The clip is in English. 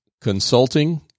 Consulting